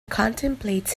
contemplates